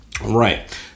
Right